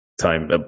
time